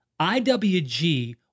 IWG